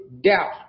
doubt